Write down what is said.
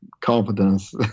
confidence